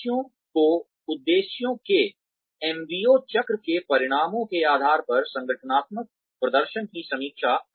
उद्देश्यों के एमबीओ चक्र के परिणामों के आधार पर संगठनात्मक प्रदर्शन की समीक्षा